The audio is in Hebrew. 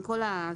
עם כל הצער,